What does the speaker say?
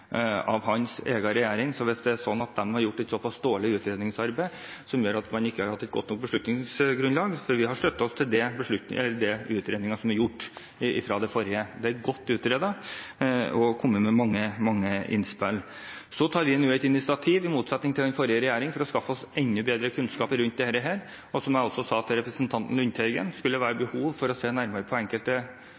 av hans egen regjering. Er det slik at de har gjort et såpass dårlig utredningsarbeid at man ikke har hatt et godt nok beslutningsgrunnlag? For vi har støttet oss til den utredningen som er gjort av den forrige regjeringen. Saken er godt utredet, og det er kommet mange, mange innspill. Vi tar nå initiativ, i motsetning til forrige regjering, til å skaffe oss enda bedre kunnskap rundt dette. Og som jeg også sa til representanten Lundteigen: Skulle det være behov for å se nærmere på enkelte